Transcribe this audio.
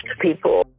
people